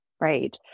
Right